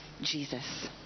Jesus